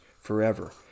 forever